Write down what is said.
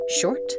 Short